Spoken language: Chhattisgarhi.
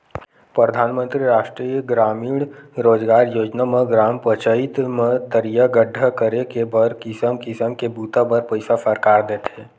परधानमंतरी रास्टीय गरामीन रोजगार योजना म ग्राम पचईत म तरिया गड्ढ़ा करे के बर किसम किसम के बूता बर पइसा सरकार देथे